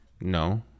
no